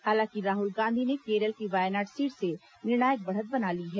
हालांकि राहुल गांधी ने केरल की वायनाड सीट से निर्णायक बढ़त बना ली है